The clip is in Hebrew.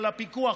על הפיקוח,